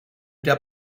der